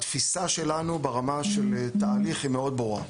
התפיסה שלנו ברמה של התהליך היא מאוד ברורה.